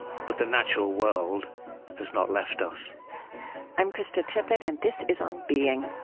but the natural world has not left us i'm krista tippett, and this is on being